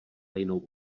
jinou